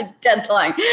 Deadline